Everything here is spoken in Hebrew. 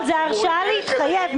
אבל זה הרשאה להתחייב.